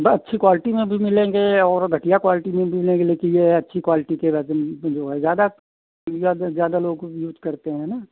बस अच्छी क्वाल्टी में भी मिलेंगे और घटिया क्वाल्टी में भी मिलेंगे लेकिन यह है अच्छी क्वाल्टी के उसमें जो है ज़्यादा कुछ ज़्यादा ज़्यादा लोग अब यूज करते हैं ना